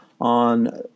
on